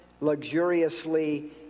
luxuriously